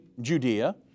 Judea